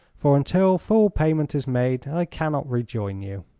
for until full payment is made i cannot rejoin you.